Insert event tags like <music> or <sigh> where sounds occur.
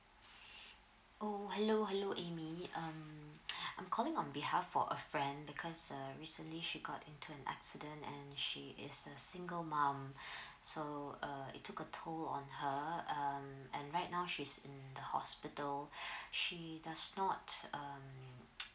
<breath> oh hello hello amy um <breath> I'm calling on behalf for a friend because uh recently she got into an accident and she is a single mom <breath> so uh it took a toll on her um and right now she's in the hospital <breath> she does not um